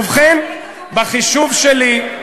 ובכן, בחישוב שלי,